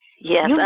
Yes